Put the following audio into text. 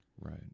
Right